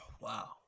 Wow